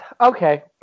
Okay